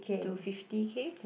to fifty K